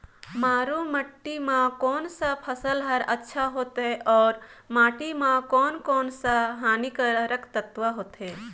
मारू माटी मां कोन सा फसल ह अच्छा होथे अउर माटी म कोन कोन स हानिकारक तत्व होथे?